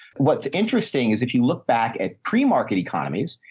what's interesting is if you look back at pre-market economies,